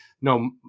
no